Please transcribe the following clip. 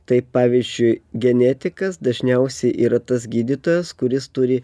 tai pavyzdžiui genetikas dažniausiai yra tas gydytojas kuris turi